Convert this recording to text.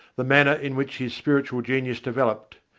the manner in which his spiritual genius developed,